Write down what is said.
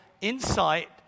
insight